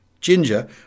Ginger